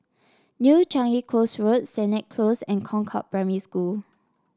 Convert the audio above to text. New Changi Coast Road Sennett Close and Concord Primary School